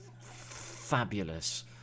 fabulous